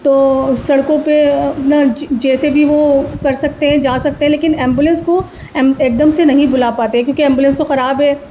تو سڑکوں پہ جیسے بھی وہ کر سکتے ہیں جا سکتے ہیں لیکن ایمبولینس کو ایک دم سے نہیں بلا پاتے کیونکہ ایمبولینس تو خراب ہے